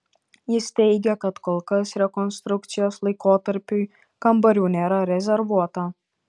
jis teigia kad kol kas rekonstrukcijos laikotarpiui kambarių nėra rezervuota